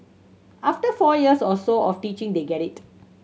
after four years or so of teaching they get it